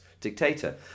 dictator